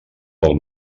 del